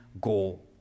goal